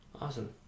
Awesome